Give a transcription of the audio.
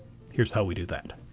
here's how we do that.